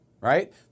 right